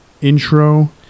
intro